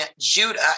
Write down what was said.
Judah